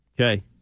Okay